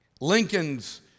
Lincoln's